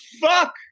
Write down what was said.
fuck